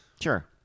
Sure